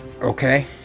Okay